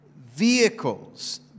vehicles